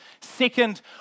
Second